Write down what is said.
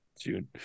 June